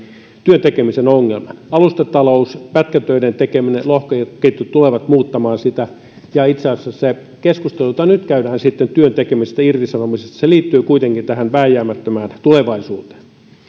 työn tekemisen ongelman alustatalous pätkätöiden tekeminen lohkoketjut tulevat muuttamaan sitä ja itse asiassa se keskustelu jota nyt käydään työn tekemisestä ja irtisanomisesta liittyy kuitenkin tähän vääjäämättömään tulevaisuuteen